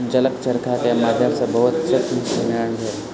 जलक चरखा के माध्यम सॅ मजबूत सूतक निर्माण भेल